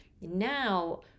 Now